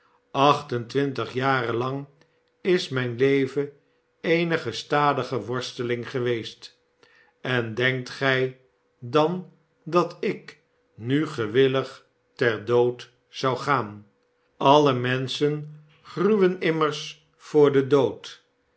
twintig jaren lang is mijn leven eene gestadige worsteling geweest en denkt gij dan dat ik nu gewillig ter dood zou gaan alle menschen gruwen immers voor den dood